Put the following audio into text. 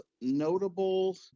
notable